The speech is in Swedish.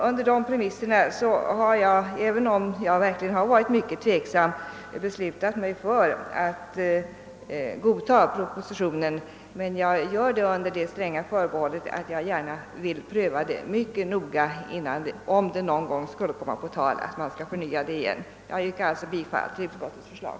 Under de premisserna har jag, även om jag verkligen har varit mycket tveksam, beslutat mig för att godta propositionen, men jag gör detta under det stränga förbehållet att jag gärna vill mycket noga pröva frågan om det någon gång skulle komma på tal att förnya lagen. Herr talman! Jag yrkar alltså bifall till utskottets förslag.